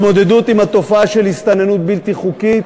התמודדות עם התופעה של הסתננות בלתי חוקית